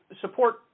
support